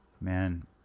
Man